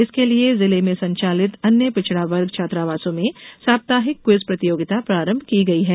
इसके लिए जिले में संचालित अन्य पिछड़ावर्ग छात्रावासों में सप्ताहिक क्विज प्रतियोगिता प्रारंभ की गई है